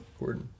Corden